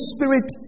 Spirit